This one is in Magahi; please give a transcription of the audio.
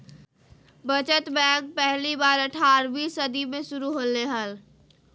बचत बैंक पहली बार अट्ठारहवीं सदी में शुरू होले हल